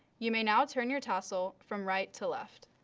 you may now turn your tassel from right to left.